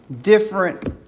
different